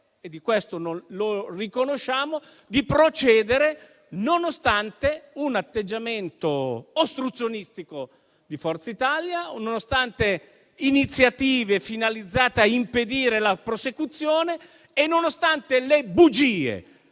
- e questo lo riconosciamo - di procedere nonostante l'atteggiamento ostruzionistico di Forza Italia, nonostante le iniziative finalizzate a impedire la prosecuzione e nonostante le bugie